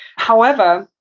however,